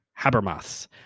Habermas